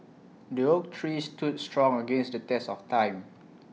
the oak tree stood strong against the test of time